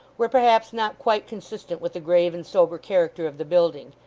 were perhaps not quite consistent with the grave and sober character of the building,